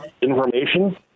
information